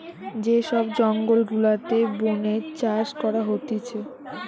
যে সব জঙ্গল গুলাতে বোনে চাষ করা হতিছে